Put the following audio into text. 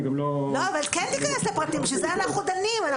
אבל כן תיכנס לפרטים, בשביל זה אנחנו דנים.